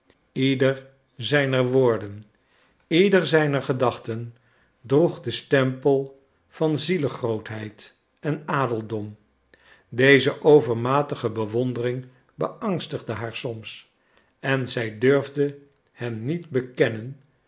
ieder zijner woorden ieder zijner gedachten droeg den stempel van zielegrootheid en adeldom deze overmatige bewondering beangstigde haar soms en zij durfde hem die niet bekennen